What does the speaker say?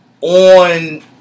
on